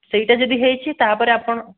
ସେଇଟା ଯଦି ହୋଇଛି ତା'ପରେ ଆପଣ